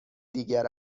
دیگر